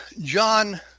john